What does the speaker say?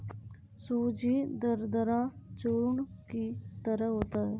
सूजी दरदरा चूर्ण की तरह होता है